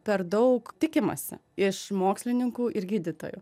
per daug tikimasi iš mokslininkų ir gydytojų